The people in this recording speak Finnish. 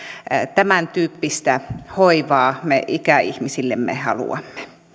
tämäntyyppistä hoivaa me ikäihmisillemme